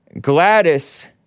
Gladys